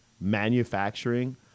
manufacturing